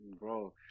Bro